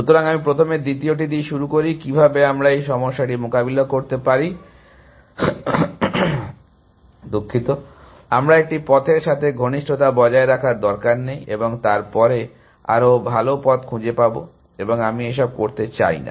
সুতরাং আমি প্রথমে দ্বিতীয়টি দিয়ে শুরু করি কীভাবে আমরা এই সমস্যাটি মোকাবেলা করতে পারি যে আমার একটি পথের সাথে ঘনিষ্ঠতা বজায় রাখার দরকার নেই এবং তারপরে পরে আরও ভাল পথ খুঁজে পাব এবং আমি এসব করতে চাই না